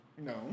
no